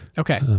okay.